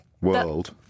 ...world